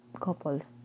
couples